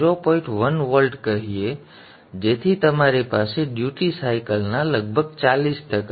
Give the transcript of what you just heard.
1 volt કહીએ જેથી તમારી પાસે ડ્યુટી સાયકલના લગભગ 40 ટકા હોય